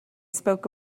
spoke